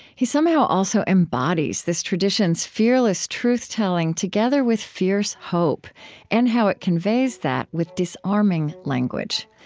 he somehow also embodies this tradition's fearless truth-telling together with fierce hope and how it conveys that with disarming language.